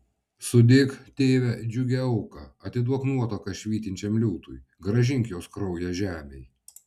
sudėk tėve džiugią auką atiduok nuotaką švytinčiam liūtui grąžink jos kraują žemei